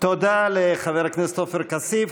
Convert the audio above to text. תודה לחבר הכנסת עופר כסיף.